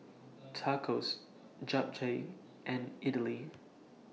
Tacos Japchae and Idili